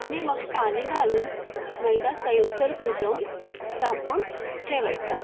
आणि मग पाणी घालून मैदा सैलसर भिजवून झाकून ठेवायचा